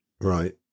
Right